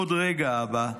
'רק עוד רגע אבא,